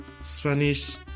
Spanish